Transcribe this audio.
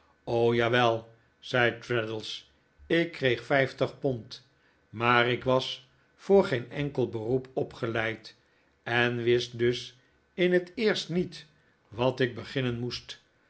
jawel zei traddles ik kreeg vijftig pond maar ik was voor geen enkel beroep opgeleid en wist dus in het eerst niet wat ik beginnen moest